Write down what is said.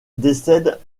décède